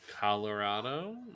Colorado